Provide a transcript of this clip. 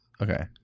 Okay